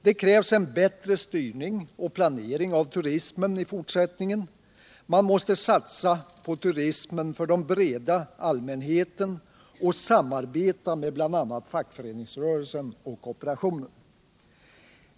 Det krävs en bättre styrning och planering av turismen i fortsättningen. Man måste satsa på turism för den breda allmänheten och samarbete med bl.a. fackföreningsrörelsen och kooperationen.